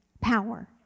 power